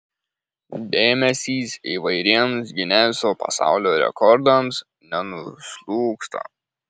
dėmesys įvairiems gineso pasaulio rekordams nenuslūgsta